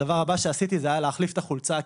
הדבר הבא שעשיתי זה היה להחליף את החולצה,